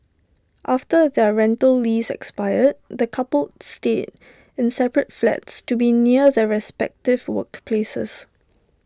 after their rental lease expired the coupled stayed in separate flats to be near their respective workplaces